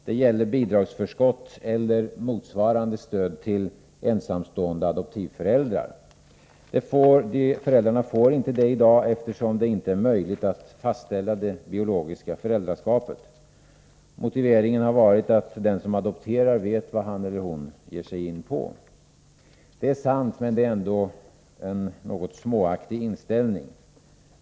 Det gäller bidragsförskott som motsvarar stöd till ensamstående adoptivföräldrar. Dessa föräldrar får i dag inte bidragsförskott, eftersom det inte är möjligt att fastställa det biologiska föräldraskapet. Motiveringen har varit att den som adopterar vet vad han eller hon ger sig in på. Det är sant, men det är ändå en något småaktig inställning.